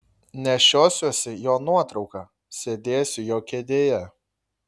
nešiosiuosi jo nuotrauką sėdėsiu jo kėdėje